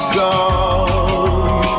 gone